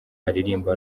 aririmba